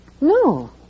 No